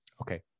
Okay